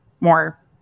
more